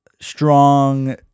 strong